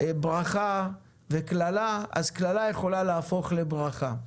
ברכה לקללה, אז קללה יכולה להפוך לברכה.